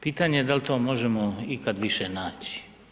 Pitanje je da li to možemo ikad više naći.